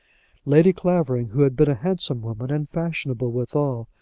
lady clavering, who had been a handsome woman and fashionable withal,